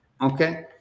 okay